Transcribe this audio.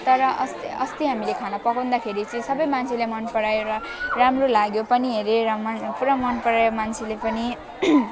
तर अस्त् अस्ति हामीले खाना पकाउँदाखेरि चाहिँ सबै मान्छेले मन परायो र राम्रो लाग्यो पनि अरे पुरा मन परायो मान्छेले पनि